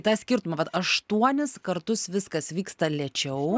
tą skirtumą vat aštuonis kartus viskas vyksta lėčiau